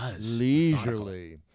leisurely